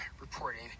reporting